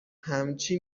همچی